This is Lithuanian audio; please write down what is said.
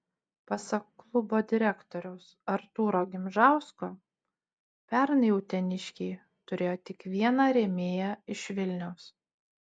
pasak klubo direktoriaus artūro gimžausko pernai uteniškiai turėjo tik vieną rėmėją iš vilniaus